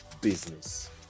business